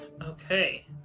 Okay